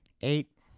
eight